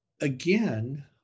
again